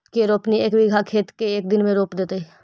के रोपनी एक बिघा खेत के एक दिन में रोप देतै?